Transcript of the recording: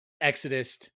Exodus